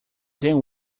then